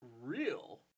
real